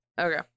Okay